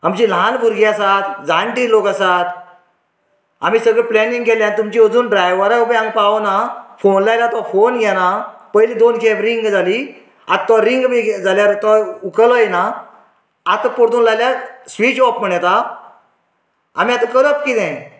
आमची ल्हान भुरगीं आसात जाण्टी लोक आसात आमी सगळी प्लॅनींग केल्ले तुमची अजून ड्रायवरा हो पय हांगा पावो ना फोन लायल्यार तो फोन घेना पयली दोन खेप रिंग जाली आत तो रिंग बी जाल्यार उखलय ना आतां परतून लायल्यार स्विच ऑफ म्हण येता आमी आतां करप कितें